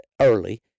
early